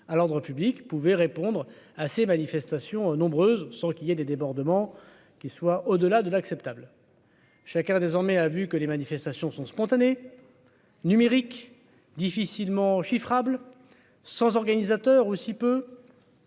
à l'ordre public pouvait répondre à ces manifestations nombreuses sans qu'il y ait des débordements qui soit au-delà de l'acceptable chacun désormais a vu que les manifestations sont spontanés. Numérique difficilement chiffrable sans organisateur ou si peu.